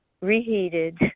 reheated